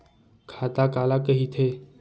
खाता काला कहिथे?